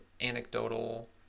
anecdotal